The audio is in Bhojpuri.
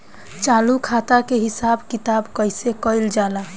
चालू खाता के हिसाब किताब कइसे कइल जाला?